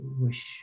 wish